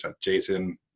Jason